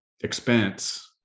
Expense